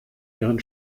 ihren